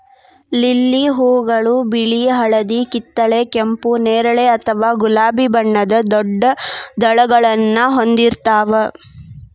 lily ಹೂಗಳು ಬಿಳಿ, ಹಳದಿ, ಕಿತ್ತಳೆ, ಕೆಂಪು, ನೇರಳೆ ಅಥವಾ ಗುಲಾಬಿ ಬಣ್ಣದ ದೊಡ್ಡ ದಳಗಳನ್ನ ಹೊಂದಿರ್ತಾವ